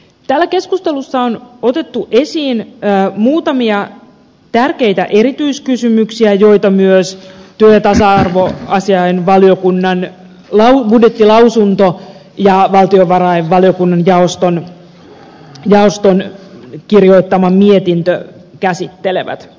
täällä keskustelussa on otettu esiin muutamia tärkeitä erityiskysymyksiä joita myös työ ja tasa arvovaliokunnan budjettilausunto ja valtiovarainvaliokunnan jaoston kirjoittama mietintö käsittelevät